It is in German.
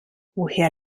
woher